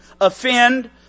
offend